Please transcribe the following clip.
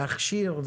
להכשיר,